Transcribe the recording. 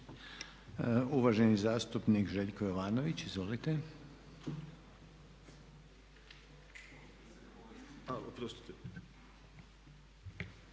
Uvaženi zastupnik Željko Jovanović. Izvolite. **Jovanović,